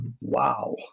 wow